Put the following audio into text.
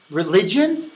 religions